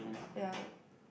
ya